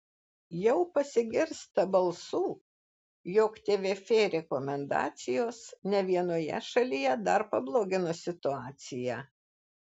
jau pasigirsta balsų jog tvf rekomendacijos ne vienoje šalyje dar pablogino situaciją